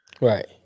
right